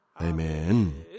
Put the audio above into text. Amen